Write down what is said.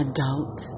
Adult